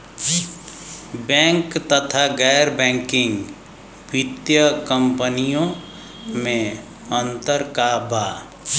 Bank तथा गैर banking वित्तीय कम्पनीयो मे अन्तर का बा?